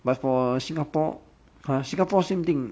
but for singapore !huh! singapore same thing